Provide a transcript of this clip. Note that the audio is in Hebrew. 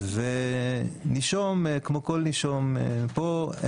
כמו כל נישום פה,